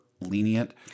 lenient